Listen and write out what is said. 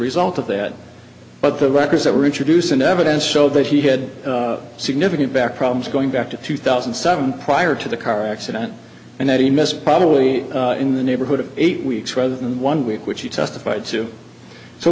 result of that but the records that were introduced into evidence show that he had significant back problems going back to two thousand and seven prior to the car accident and that he missed probably in the neighborhood of eight weeks rather than one week which he testified to so